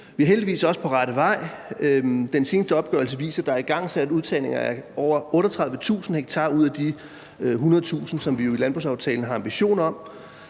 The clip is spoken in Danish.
Vi er heldigvis også på rette vej. Den seneste opgørelse viser, at der er igangsat udtagning af over 38.000 ha ud af de 100.000, som vi jo i landbrugsaftalen har en ambition om.